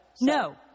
No